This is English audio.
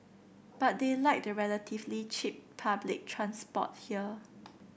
but they like the relatively cheap public transport here